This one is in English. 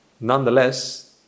nonetheless